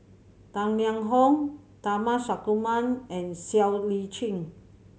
Tang Liang Hong Tharman Shanmugaratnam and Siow Lee Chin